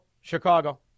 Chicago